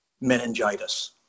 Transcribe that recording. meningitis